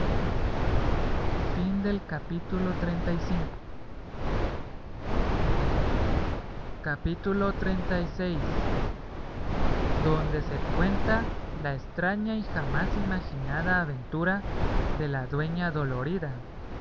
capítulo xxxvii donde se prosigue la famosa aventura de la dueña dolorida